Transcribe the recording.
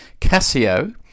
Casio